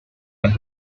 las